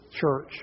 church